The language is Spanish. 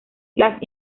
las